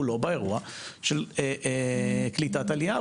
הוא לא באירוע של קליטת עלייה.